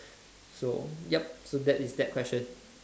so ya so that is that question